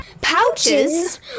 Pouches